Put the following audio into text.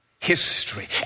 History